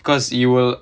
because you will